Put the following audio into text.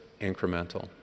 incremental